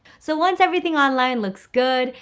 so once everything online looks good,